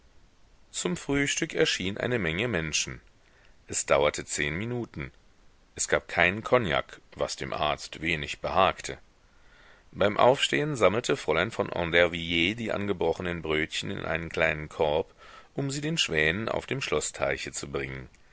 zum frühstück erschienen eine menge menschen es dauerte zehn minuten es gab keinen kognak was dem arzt wenig behagte beim aufstehen sammelte fräulein von andervilliers die angebrochenen brötchen in einen kleinen korb um sie den schwänen auf dem schloßteiche zu bringen